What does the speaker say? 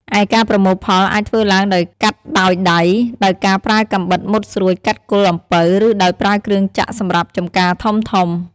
ឯការប្រមូលផលអាចធ្វើឡើងដោយកាត់ដោយដៃ ដោយការប្រើកាំបិតមុតស្រួចកាត់គល់អំពៅ ឬដោយប្រើគ្រឿងចក្រសម្រាប់ចំការធំៗ។